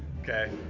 okay